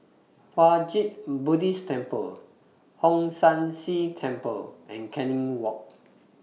Puat Jit Buddhist Temple Hong San See Temple and Canning Walk